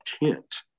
intent